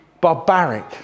Barbaric